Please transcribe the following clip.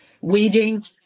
Weeding